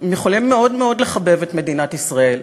הם יכולים לחבב מאוד מאוד את מדינת ישראל.